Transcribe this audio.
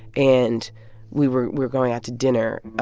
and we were were going out to dinner,